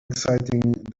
exciting